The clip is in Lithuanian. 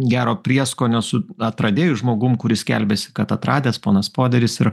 gero prieskonio su atradėju žmogum kuris skelbiasi kad atradęs ponas poderis ir